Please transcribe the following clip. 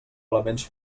elements